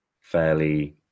fairly